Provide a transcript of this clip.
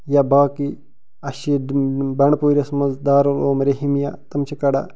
یا باقٕے اسہِ چھُ ییٚتہِ بنڈٕ پوٗرس منٛز دارُل الوٗم رِحیٖمِیا تِم چھِ کڑان